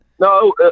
No